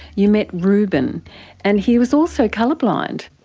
you met reuben and he was also colour blind.